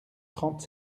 trente